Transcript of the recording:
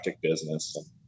business